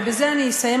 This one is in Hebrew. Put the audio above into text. ובזה אני אסיים,